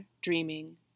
dreaming